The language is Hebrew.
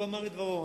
והוא אמר את דברו.